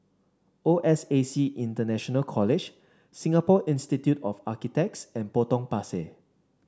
O S A C International College Singapore Institute of Architects and Potong Pasir